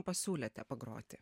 pasiūlėte pagroti